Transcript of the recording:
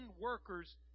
workers